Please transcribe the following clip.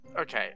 Okay